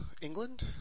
England